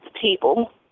people